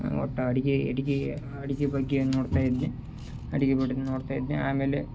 ಒಟ್ಟು ಅಡಿಗೆ ಅಡಿಗೆ ಅಡಿಗೆ ಬಗ್ಗೆ ನೋಡ್ತ ಇದ್ನಿ ಅಡುಗೆ ನೋಡ್ತ ಇದ್ನೆ ಆಮೇಲೆ